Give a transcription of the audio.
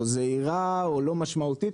או זעירה או לא משמעותית,